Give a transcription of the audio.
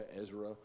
Ezra